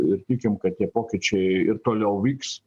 ir tikim kad tie pokyčiai ir toliau vyks